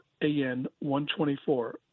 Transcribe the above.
An-124